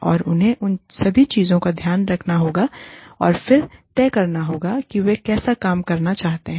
और हमें इन सभी चीजों को ध्यान में रखना होगा और फिर तय करना होगा कि वे कैसे काम करना चाहते हैं